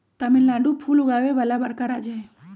तमिलनाडु फूल उगावे वाला बड़का राज्य हई